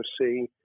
see